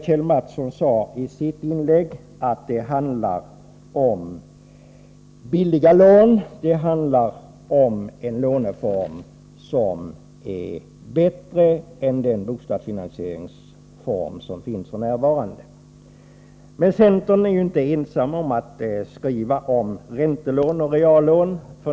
Kjell Mattsson sade att det handlar om billiga lån, en låneform som är bättre än den bostadsfinansieringsform som finns f.n. Men centern är ju inte ensam om att skriva om räntelån och reallån.